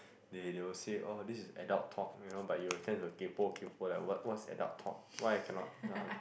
they they will say oh this is adult talk you know but you will tend to kaypo kaypo like what what's adult talk why I cannot yea